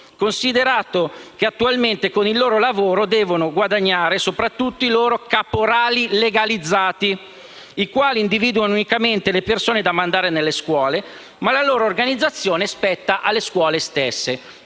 considerato che attualmente, con il loro lavoro, devono guadagnare soprattutto i caporali legalizzati, i quali individuano unicamente le persone da mandare nelle scuole, mentre la loro organizzazione spetta alle scuole stesse.